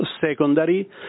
secondary